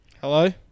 Hello